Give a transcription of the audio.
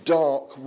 dark